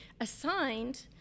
assigned